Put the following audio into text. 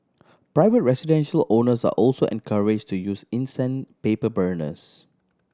private residential owners are also encourage to use incense paper burners